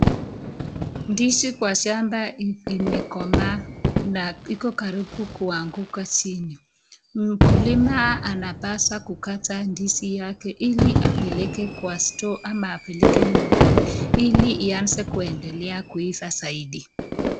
Ndizi kwa shamba imekomaa na iko karibu kuanguka chini. Mkulima anapaswa kukata ndizi yake, ili apeleke kwa stoo ama apeleke nyumbani, ili ianze kuendelea kuiva zaidi.